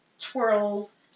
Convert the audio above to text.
Twirls